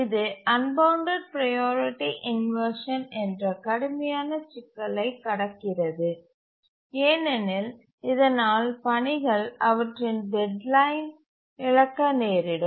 இது unbounded priority inversion என்ற கடுமையான சிக்கலைக் கடக்கிறது ஏனெனில் இதனால் பணிகள் அவற்றின் டெட்லைன் இழக்க நேரிடும்